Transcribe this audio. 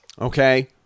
Okay